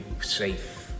safe